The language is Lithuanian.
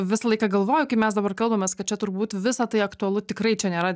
visą laiką galvoju kaip mes dabar kalbamės kad čia turbūt visa tai aktualu tikrai čia nėra